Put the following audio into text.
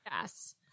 Yes